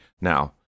Now